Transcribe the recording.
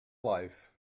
life